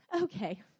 okay